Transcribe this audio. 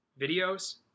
videos